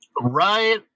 Right